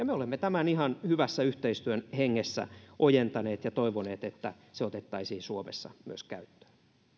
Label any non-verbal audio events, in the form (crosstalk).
(unintelligible) me olemme tämän ihan hyvässä yhteistyön hengessä ojentaneet ja toivoneet että se otettaisiin suomessa myös käyttöön